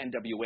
NWA